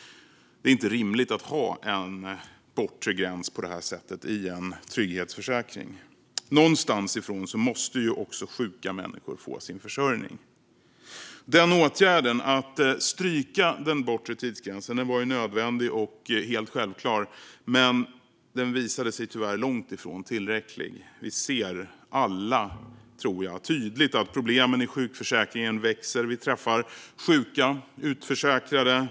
Det är inte rimligt att ha en bortre gräns på det sättet i en trygghetsförsäkring. Någonstans ifrån måste även sjuka människor få sin försörjning. Åtgärden att stryka den bortre tidsgränsen var nödvändig och helt självklar. Men den visade sig tyvärr vara långt ifrån tillräcklig. Vi ser alla, tror jag, tydligt att problemen i sjukförsäkringen växer. Vi träffar sjuka utförsäkrade.